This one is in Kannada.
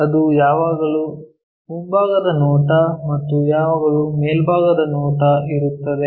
ಅದು ಯಾವಾಗಲೂ ಮುಂಭಾಗದ ನೋಟ ಮತ್ತು ಯಾವಾಗಲೂ ಮೇಲ್ಭಾಗದ ನೋಟ ಇರುತ್ತದೆ